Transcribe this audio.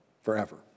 forever